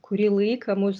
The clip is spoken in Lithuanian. kurį laiką mus